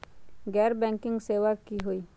गैर बैंकिंग सेवा की होई?